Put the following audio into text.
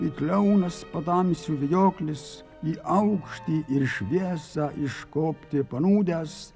it liaunas patamsių vijoklis į aukštį ir šviesą iškopti panūdęs